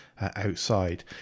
outside